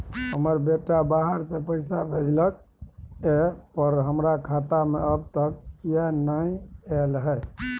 हमर बेटा बाहर से पैसा भेजलक एय पर हमरा खाता में अब तक किये नाय ऐल है?